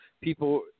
people